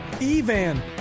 Evan